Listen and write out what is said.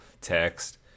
text